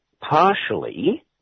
partially